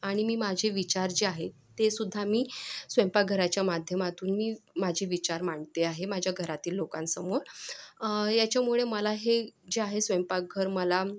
आणि मी माझे विचार जे आहे ते सुद्धा मी स्वयंपाकघराच्या माध्यमातून मी माझे विचार मांडते आहे माझ्या घरातील लोकांसमोर याच्यामुळे मला हे जे आहे स्वयंपाकघर मला